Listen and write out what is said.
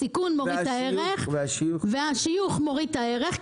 סיכון והשיוך מוריד את הערך,